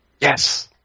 Yes